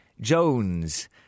Jones